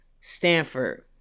Stanford